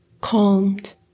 calmed